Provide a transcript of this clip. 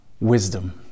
Wisdom